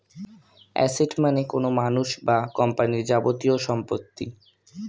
asset মানে কোনো মানুষ বা কোম্পানির যাবতীয় সম্পত্তি